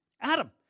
Adam